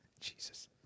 Jesus